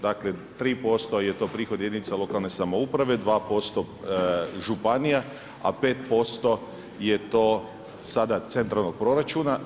Dakle, tri posto je to prihod jedinica lokalne samouprave, dva posto županija, a pet posto je to sada centralnog proračuna.